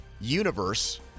universe